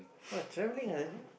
!wah! travelling ah